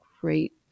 great